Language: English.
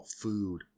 food